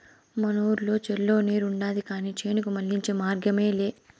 మనూరి చెర్లో నీరుండాది కానీ చేనుకు మళ్ళించే మార్గమేలే